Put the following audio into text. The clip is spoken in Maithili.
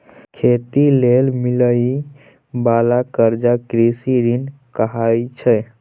खेती लेल मिलइ बाला कर्जा कृषि ऋण कहाइ छै